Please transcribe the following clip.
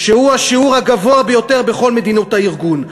שהוא השיעור הגבוה ביותר בכל מדינות הארגון,